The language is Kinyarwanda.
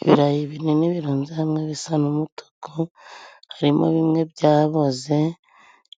Ibirayi binini birunze hamwe bisa n'umutuku. Harimo bimwe byaboze,